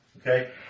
okay